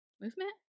Movement